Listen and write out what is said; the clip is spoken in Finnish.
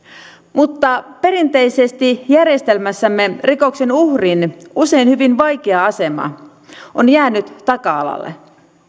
mutta perinteisesti järjestelmässämme rikoksen uhrin usein hyvin vaikea asema on jäänyt taka alalle